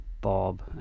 Bob